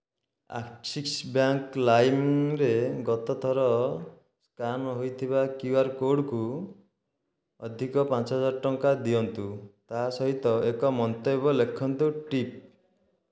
Axis bank ଲାଇମ୍ରେ ଗତ ଥର ସ୍କାନ୍ ହୋଇଥିବା କ୍ୟୁ ଆର୍ କୋଡ଼୍କୁ ଅଧିକ ପାଞ୍ଚ ହଜାର ଟଙ୍କା ଦିଅନ୍ତୁ ତା' ସହିତ ଏକ ମନ୍ତବ୍ୟ ଲେଖନ୍ତୁ ଟିପ୍